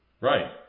Right